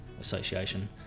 association